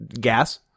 gas